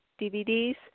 DVDs